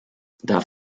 darf